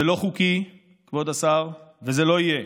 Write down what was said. זה לא חוקי, כבוד השר, וזה לא יהיה.